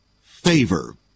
favor